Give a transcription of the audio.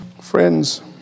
Friends